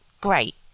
Great